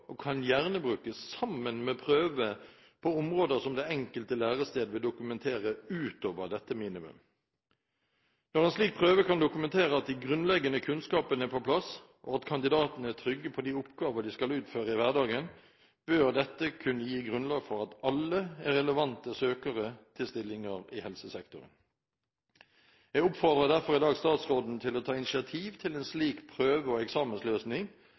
og kan gjerne brukes sammen med en prøve på områder som det enkelte lærested vil dokumentere utover dette minimum. Når en slik prøve kan dokumentere at de grunnleggende kunnskapene er på plass, og kandidatene er trygge på de oppgaver de skal utføre i hverdagen, bør dette kunne gi grunnlag for at alle er relevante søkere til stillinger i helsesektoren. Jeg oppfordrer derfor i dag statsråden til å ta initiativ til en slik prøve og eksamensløsning,